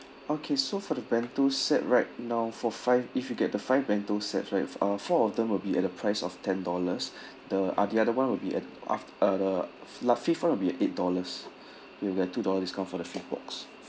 okay so for the bento set right now for five if you get the five bento sets right uh four of them will be at the price of ten dollars the uh the other [one] will be at af~ uh the la~ fifth [one] will be eight dollars you'll get two dollar discount for the fifth box